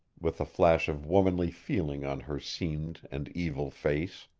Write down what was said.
with a flash of womanly feeling on her seamed and evil face.